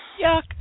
Yuck